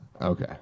Okay